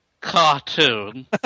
cartoon